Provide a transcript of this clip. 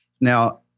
Now